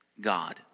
God